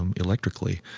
um electrically.